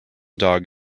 dog